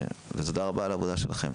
ותודה רבה על העבודה שלכם.